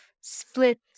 split